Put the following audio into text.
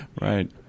Right